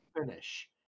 finish